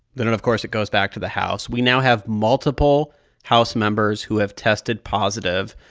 then and of course, it goes back to the house. we now have multiple house members who have tested positive.